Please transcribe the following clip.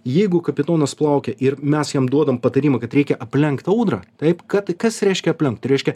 jeigu kapitonas plaukia ir mes jam duodam patarimą kad reikia aplenkt audrą taip kad kas reiškia aplenkt tai reiškia